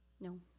No